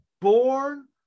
born